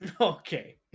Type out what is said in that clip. Okay